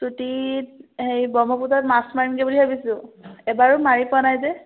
ছুটীত হেৰি ব্ৰহ্মপুত্ৰত মাছ মাৰিমগৈ বুলি ভাবিছোঁ এবাৰো মাৰি পোৱা নাই যে